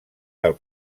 del